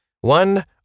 One